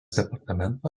departamento